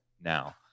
now